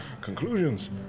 conclusions